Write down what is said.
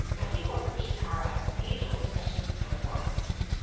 the people of kushihara have an age-old obsession with wasps.